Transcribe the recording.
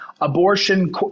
abortion